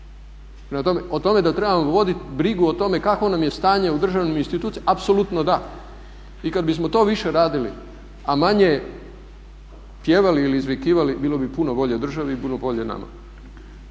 o tome da trebamo voditi brigu o tome kakvo nam je stanje u državnim institucijama apsolutno da. I kada bismo to više radili a manje pjevali ili izvikivali bilo bi puno bolje državi i bilo bi bolje nama.